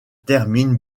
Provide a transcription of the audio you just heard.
termine